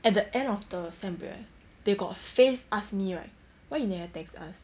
at the end of the sem break right they got face ask me right why you never text us